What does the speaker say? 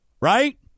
right